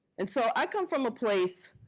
and so i come from a place